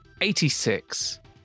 86